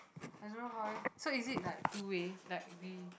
I don't know how eh so is it like two way like we